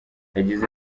yagize